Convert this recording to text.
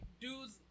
dudes